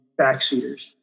backseaters